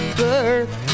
birth